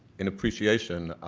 in appreciation,